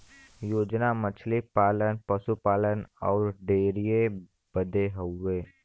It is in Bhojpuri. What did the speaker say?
योजना मछली पालन, पसु पालन अउर डेयरीए बदे हउवे